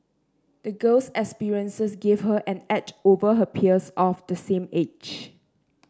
the girl's experiences gave her an edge over her peers of the same age